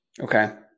Okay